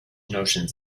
notions